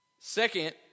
second